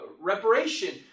reparation